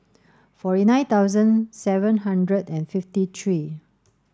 forty nine thousand seven hundred and fifty three